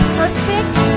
perfect